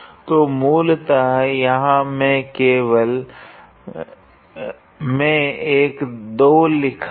तो मूलतः यहाँ मैंने एक 2 लिखा है